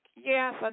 Yes